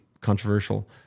controversial